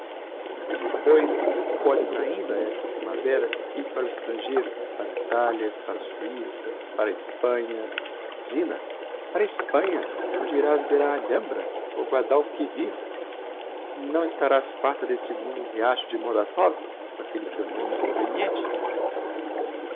e depois podes ainda esta primavera ir para o estrangeiro para a italia para a suissa para a hespanha zina para a hespanha onde irás ver a alhambra o guadalquivir não estarás farta d'este immundo riacho de mordassov com aquelle seu nome inconveniente